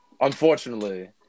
unfortunately